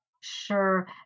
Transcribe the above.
Sure